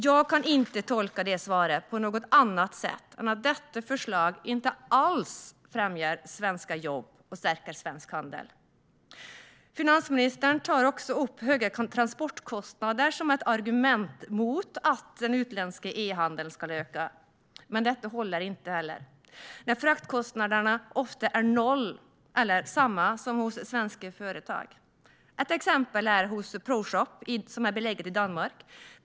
Jag kan inte tolka svaret på något annat sätt än att detta förslag inte alls främjar svenska jobb och stärker svensk handel. Finansministern tar också upp höga transportkostnader som ett argument mot att den utländska e-handeln skulle öka. Inte heller detta håller eftersom fraktkostnaderna ofta är noll eller samma som hos svenska företag. Ett exempel är Proshop, som är beläget i Danmark.